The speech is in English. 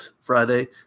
Friday